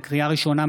לקריאה ראשונה,